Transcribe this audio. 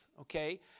okay